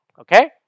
okay